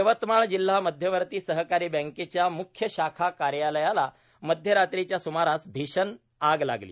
यवतमाळ जिल्हा मध्यवर्ती सहकारी बँकेच्या मुख्य शाखा कार्यालयाला मध्यरात्रीच्या सुमारास भीषण आग लागली